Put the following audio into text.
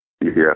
Yes